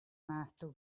master